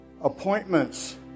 Appointments